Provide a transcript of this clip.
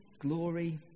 glory